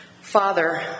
Father